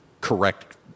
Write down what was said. correct